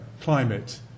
climate